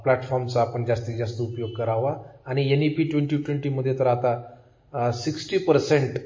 प्लॅटफॉर्मचा आपण जास्तीत जास्त उपयोग करावा आणि एन ई पी ट्वेंटी ट्वेंटीमध्ये तर आता सिक्स्टी पर्सेंट